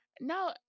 No